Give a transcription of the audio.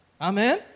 Amen